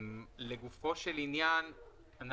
לגופו של עניין,